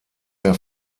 mehr